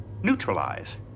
Neutralize